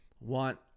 want